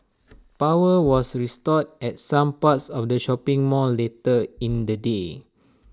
power was restored at some parts of the shopping mall later in the day